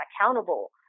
accountable